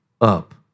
up